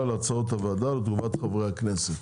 להצעות הוועדה ולתגובת חברי הכנסת.